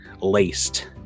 laced